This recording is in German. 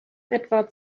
etwa